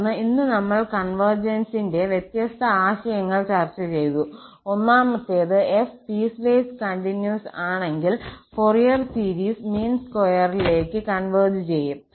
തുടർന്ന് ഇന്ന് നമ്മൾ കോൺവെർജൻസിന്റെ വ്യത്യസ്ത ആശയങ്ങൾ ചർച്ച ചെയ്തു ഒന്നാമത്തേത് f പീസ്വേസ് കണ്ടിന്യൂസ് ആണെങ്കിൽ ഫോറിയർ സീരീസ് മീൻ സ്ക്വയറിലേക്ക് കോൺവെർജ് ചെയ്യും